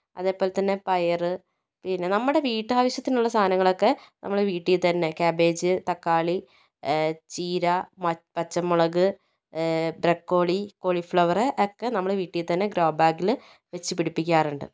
അതേപോലെതന്നെ പയർ പിന്നെ നമ്മുടെ വീട്ടാവശ്യത്തിനുള്ള സാധനങ്ങളൊക്കെ നമ്മള് വീട്ടിൽ തന്നെ ക്യാബേജ് തക്കാളി ചീര പച്ചമുളക് ബ്രോക്കോളി കോളിഫ്ലവർ ഒക്കെ തന്നെ നമ്മൾ വീട്ടിൽ തന്നെ ഗ്രോ ബാഗില് വച്ച് പിടിപ്പിക്കാറുണ്ട്